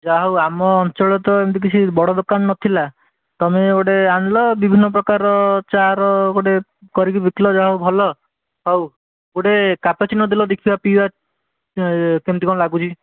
ଯାହା ହଉ ଆମ ଅଞ୍ଚଳରେ ତ ଏମିତି କିଛି ବଡ଼ ଦୋକାନ ନ ଥିଲା ତୁମେ ଗୋଟେ ଆଣିଲ ବିଭିନ୍ନପ୍ରକାର ଚା'ର ଗୋଟେ କରିକି ବିକିଲ ଯାହା ହଉ ଭଲ ହଉ ଗୋଟେ କ୍ୟାପୁଚିନୋ ଦେଲ ଦେଖିବା ପିଇବା କେମିତି କ'ଣ ଲାଗୁଛି